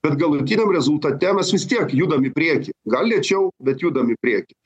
bet galutiniam rezultate mes vis tiek judam į priekį gal lėčiau bet judam į priekį